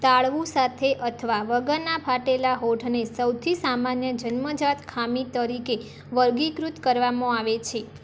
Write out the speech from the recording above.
તાળવું સાથે અથવા વગરના ફાટેલા હોઠને સૌથી સામાન્ય જન્મજાત ખામી તરીકે વર્ગીકૃત કરવામાં આવે છે